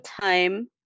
time